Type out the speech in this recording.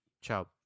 Ciao